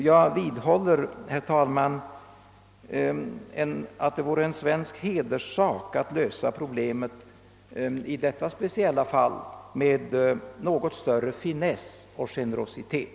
Jag vidhåller, herr talman, att det vore en svensk hederssak att lösa problemet i detta speciella fall med något större finess och generositet.